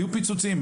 היו פיצוצים,